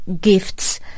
gifts